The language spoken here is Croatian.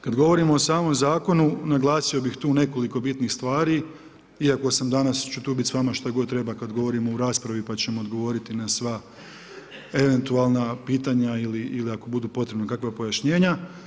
Kada govorimo o samom zakonu, naglasio bi tu nekoliko bitnih stvari, iako sam, danas ću tu biti s vama, šta god treba, kad govorimo o raspravi, pa ćemo odgovoriti na sva eventualna pitanja ili ako budu potrebna kakva pojašnjenja.